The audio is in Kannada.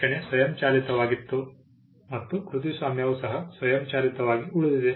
ರಕ್ಷಣೆ ಸ್ವಯಂಚಾಲಿತವಾಗಿತ್ತು ಮತ್ತು ಕೃತಿಸ್ವಾಮ್ಯವು ಸಹ ಸ್ವಯಂಚಾಲಿತವಾಗಿ ಉಳಿದಿದೆ